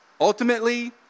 ultimately